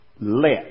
Let